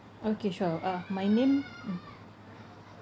okay sure uh my name mm